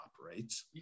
operates